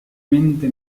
mente